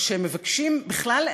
או שהם מבקשים, בכלל,